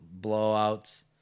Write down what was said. Blowouts